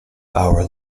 our